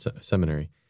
seminary